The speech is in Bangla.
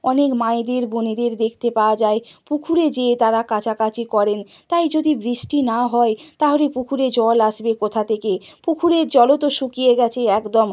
অনেক মায়েদের বোনেদের দেখতে পাওয়া যায় পুকুরে যেয়ে তারা কাচাকাচি করেন তাই যদি বৃষ্টি না হয় তাহলে পুকুরে জল আসবে কোথা থেকে পুকুরের জলও তো শুকিয়ে গিয়েছে একদম